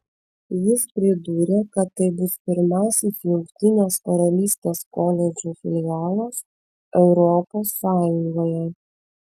jis pridūrė kad tai bus pirmasis jungtinės karalystės koledžo filialas europos sąjungoje